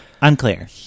Unclear